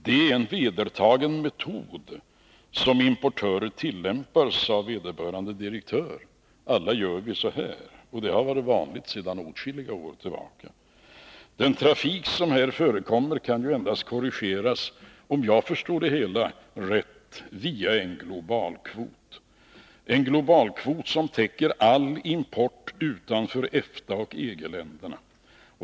Det är en vedertagen metod, som importörer tillämpar, säger vederbörande direktör — alla gör vi så här, och det har varit vanligt sedan åtskilliga år tillbaka. Den trafik som här förekommer kan endast korrigeras — om jag förstår det hela rätt — via en globalkvot, som täcker all import utanför EFTA och EG-länderna.